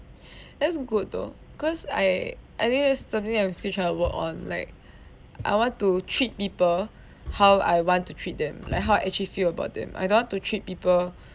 that's good though cause I I think it's something that we're still trying to work on like I want to treat people how I want to treat them like how I actually feel about them I don't want to treat people